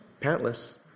pantless